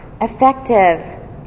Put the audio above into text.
effective